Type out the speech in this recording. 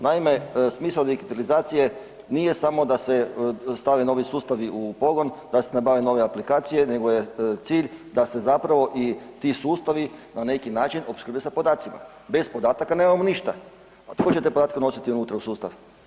Naime, smisao digitalizacije nije samo da se stavi novi sustavi u pogon, da se nabave nove aplikacije nego je cilj da se zapravo i ti sustavi na neki način opskrbe sa podacima, bez podataka nemamo ništa, pa tko će te podatke unositi unutra u sustav?